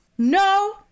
no